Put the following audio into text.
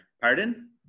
Pardon